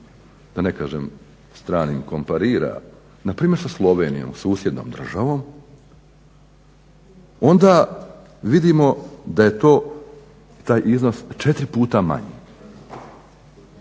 da ne kažem stranim komparira npr. sa Slovenijom susjednom državom onda vidimo da je to taj iznos 4 puta manji.